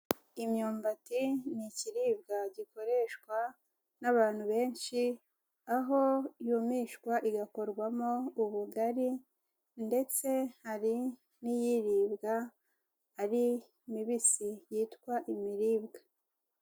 Imyumbati ni ikiribwa gikoreshwa n'abantu benshi, aho yumishwa igakorwamo ubugari ndetse hari n'iyiribwa ari mibisi yitwa imiribwa.